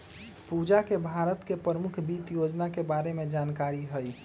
पूजा के भारत के परमुख वित योजना के बारे में जानकारी हई